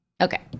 Okay